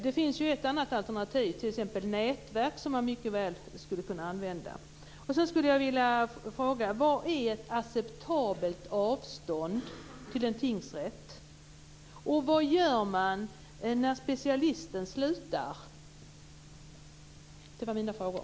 Det finns ett alternativ, nämligen nätverk, som man mycket väl skulle kunna använda. Jag skulle också vilja fråga vad som är ett acceptabelt avstånd till en tingsrätt. Vad gör man vidare när specialisten slutar? Detta var mina frågor.